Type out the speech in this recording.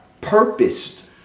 purposed